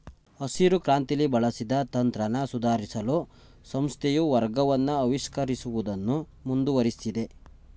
ಹಸಿರುಕ್ರಾಂತಿಲಿ ಬಳಸಿದ ತಂತ್ರನ ಸುಧಾರ್ಸಲು ಸಂಸ್ಥೆಯು ಮಾರ್ಗವನ್ನ ಆವಿಷ್ಕರಿಸುವುದನ್ನು ಮುಂದುವರ್ಸಿದೆ